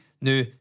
now